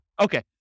Okay